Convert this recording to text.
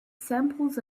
samples